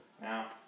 Now